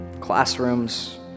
classrooms